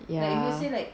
ya